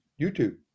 youtube